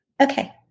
Okay